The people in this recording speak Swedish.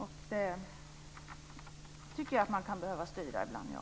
Slutligen: Det kan ibland behöva styras - ja.